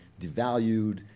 devalued